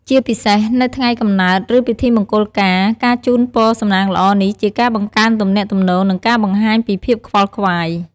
ជាពិសេស នៅថ្ងៃកំណើត ឬពិធីមង្គលការ ការជូនពរសំណាងល្អនេះជាការបង្កើនទំនាក់ទំនង និងការបង្ហាញពីភាពខ្វល់ខ្វាយ។